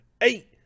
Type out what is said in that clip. eight